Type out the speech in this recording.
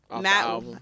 Matt